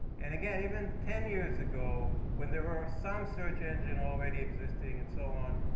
and again, even ten years ago, when there are some search engine already existing and so on,